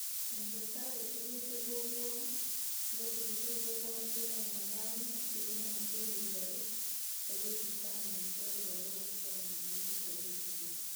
Naenda tereka chakurya che chaboowa boowa, ambacho kivirwe vyaboha niriye navaana vane, afu kiive namatunda ivarwi, ukurya ukaishana uitaire vyabowa usawa warizikire warire chakurya.